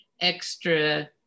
extra